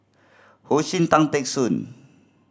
Ho Ching Tan Teck Soon